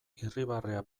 irribarrea